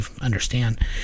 understand